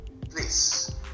Please